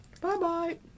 Bye-bye